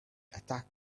attacked